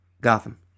Gotham